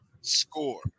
score